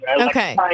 Okay